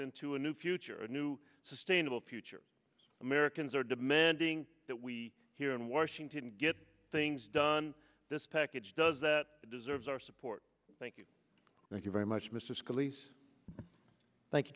into a new future a new sustainable future americans are demanding that we here in washington get things done this package does that deserves our support thank you thank you very much m